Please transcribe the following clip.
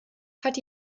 hat